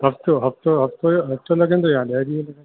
हफ़्तो हफ़्तो हफ़्तो हफ़्तो लॻंदो या ॾह ॾींहं लॻंदा